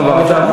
אפשר לוועדה.